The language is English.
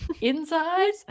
inside